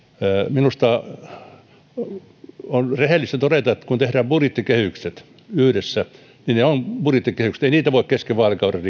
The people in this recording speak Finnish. minusta on rehellistä todeta että kun tehdään budjettikehykset yhdessä niin ne ovat budjettikehykset ei niitä voi kesken vaalikauden